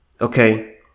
okay